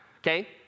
okay